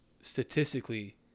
statistically